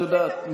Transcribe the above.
את יודעת,